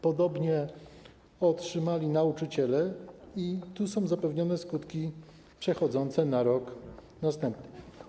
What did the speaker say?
Podobnie podwyżki otrzymali nauczyciele, i tu są zapewnione skutki przechodzące na rok następny.